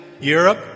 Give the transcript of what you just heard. Europe